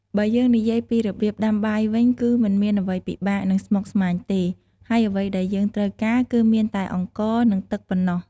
បើយើងនិយាយពីរបៀបដាំបាយវិញ គឺមិនមានអ្វីពិបាក និងស្មុគស្មាញទេ ហើយអ្វីដែលយើងត្រូវការគឺមានតែអង្ករ និង ទឹកប៉ុណ្ណោះ។